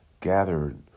gathered